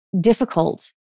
difficult